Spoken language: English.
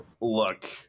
Look